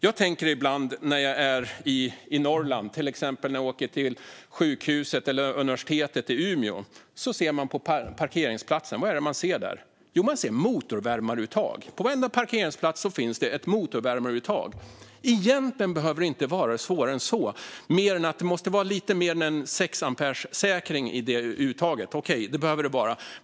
Jag tänker ibland på en sak när jag är i Norrland, till exempel när jag åker till sjukhuset eller universitetet i Umeå. Vad ser man på parkeringsplatserna? Jo, man ser motorvärmaruttag. På varenda parkeringsplats finns det ett motorvärmaruttag. Egentligen behöver det inte vara svårare än så. Okej, det måste vara en säkring på lite mer än sex ampere i uttaget.